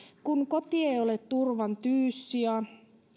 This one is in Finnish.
kun koti ei ole turvan tyyssija